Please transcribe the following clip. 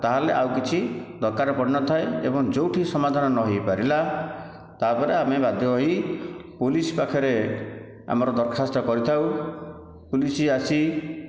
ତା'ହେଲେ ଆଉ କିଛି ଦରକାର ପଡ଼ିନଥାଏ ଏବଂ ଯେଉଁଠି ସମାଧାନ ନହୋଇପାରିଲା ତା'ପରେ ଆମେ ବାଧ୍ୟ ହୋଇ ପୋଲିସ ପାଖରେ ଆମର ଦରଖାସ୍ତ କରିଥାଉ ପୋଲିସ ଆସି